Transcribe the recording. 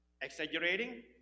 exaggerating